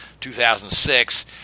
2006